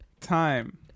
Time